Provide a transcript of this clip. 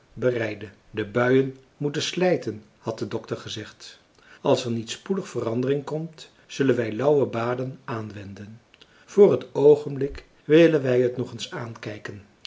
bereidde die buien moeten slijten had de dokter gezegd als er niet spoedig verandering komt zullen wij lauwe baden aanwenden voor het oogenblik willen wij t nog eens aankijken